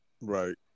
Right